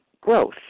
growth